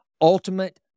ultimate